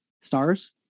stars